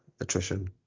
attrition